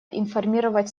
информировать